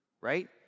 right